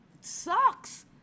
sucks